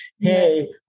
Hey